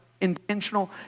intentional